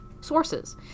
sources